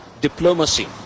diplomacy